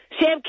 Sam